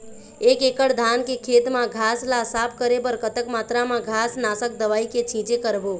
एक एकड़ धान के खेत मा घास ला साफ करे बर कतक मात्रा मा घास नासक दवई के छींचे करबो?